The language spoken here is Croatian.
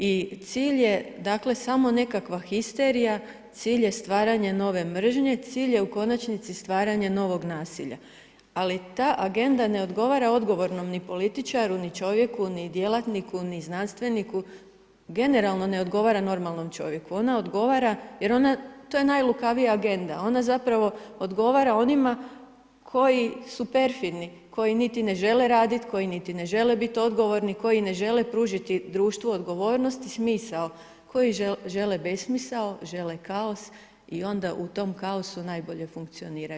I cilj je dakle samo nekakva histerija, cilj je stvaranje nove mržnje, cilj je u konačnici stvaranje novog nasilja ali ta agenda ne odgovara odgovornom ni političaru ni čovjeku ni djelatniku ni znanstveniku, generalno ne odgovara normalnom čovjeku jer to je najlukavija agenda, ona zapravo odgovara onima koji su perfidni, koji niti ne žele raditi, koji niti ne žele biti odgovorni, koji ne žele pružiti društvu odgovornost i smisao, koji žele besmisao, žele kaos i onda u tom kaosu najbolje funkcioniraju.